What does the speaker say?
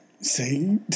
See